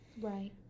right